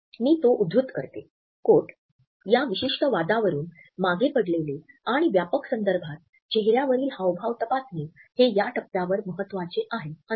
मी तो उद्धृत करते "या विशिष्ट वादावरून मागे पडलेले आणि व्यापक संदर्भात चेहर्यावरील हावभाव तपासणे हे या टप्प्यावर महत्वाचे आहे"